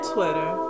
Twitter